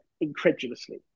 incredulously